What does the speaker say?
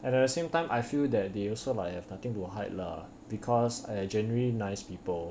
and at the same time I feel that they also like you have nothing to hide lah because they are genuine nice people